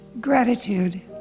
Gratitude